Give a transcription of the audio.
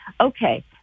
okay